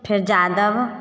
फेर जादब